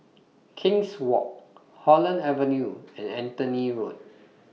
King's Walk Holland Avenue and Anthony Road